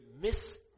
miss